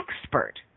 expert